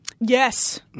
Yes